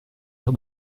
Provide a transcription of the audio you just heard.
air